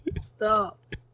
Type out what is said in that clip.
Stop